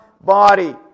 body